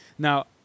Now